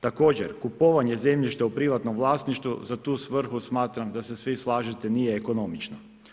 Također kupovanje zemljišta u privatnom vlasništvu za tu svrhu smatram da se svi slažete nije ekonomično.